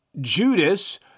Judas